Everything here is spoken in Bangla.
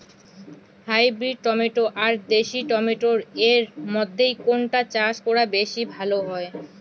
হাইব্রিড টমেটো আর দেশি টমেটো এর মইধ্যে কোনটা চাষ করা বেশি লাভ হয়?